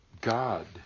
God